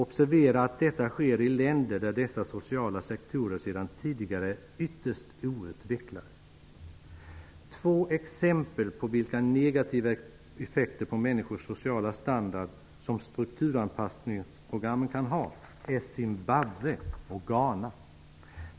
Observera att detta sker i länder där dessa sociala sektorer sedan tidigare är ytterst outvecklade. Två exempel på länder där strukturanpassningsprogrammen haft negativa effekter på människors sociala standard är Zimbabwe och Ghana.